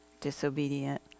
disobedient